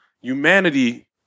Humanity